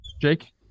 Jake